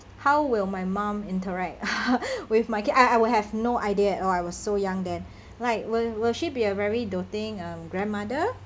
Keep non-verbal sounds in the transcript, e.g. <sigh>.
how will my mum interact <laughs> with my kid I I will have no idea at all I was so young then like will will she be a very doting um grandmother